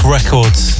Records